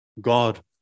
God